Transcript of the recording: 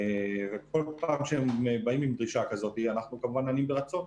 וכל פעם שהם באים עם דרישה כזאת אנחנו כמובן נענים ברצון.